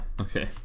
Okay